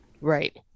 Right